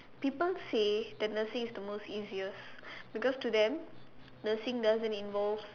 people say that nursing is the most easiest because to them nursing doesn't involve